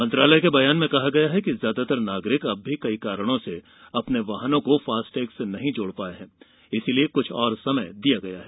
मंत्रालय के बयान में कहा गया है कि ज्यादातर नागरिक अब भी कई कारणों से अपने वाहनों को फास्टैग से नहीं जोड़ पाये हैं इसलिए कुछ और समय दिया गया है